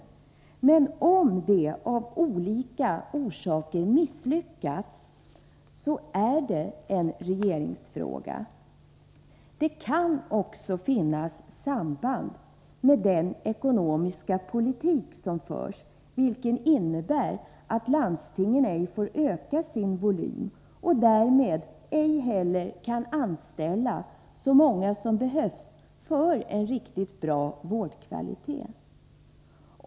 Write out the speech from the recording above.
Men om de av olika orsaker misslyckats, är det en fråga för regeringen. Det kan också finnas ett samband med den ekonomiska politik som förts och som innebär att landstingen ej får öka sin volym. Därmed kan man ej heller anställa så många som behövs för att kvaliteten på vården skall bli riktigt bra.